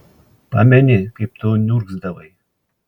pameni kaip tu niurgzdavai